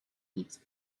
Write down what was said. eats